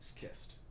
kissed